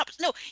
no